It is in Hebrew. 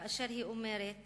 כאשר היא אומרת